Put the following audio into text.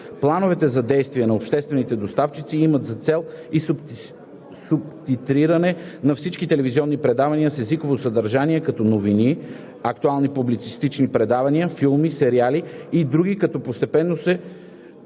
Плановете за действие на обществените доставчици имат за цел и субтитриране на всички телевизионни предавания с езиково съдържание, като новини, актуално-публицистични предавания, филми, сериали и други, като постепенно се